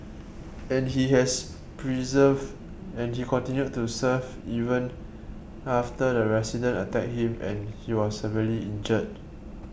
and he has persevered and he continued to serve even after the resident attacked him and he was very injured